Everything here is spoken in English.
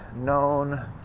known